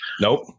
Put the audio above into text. Nope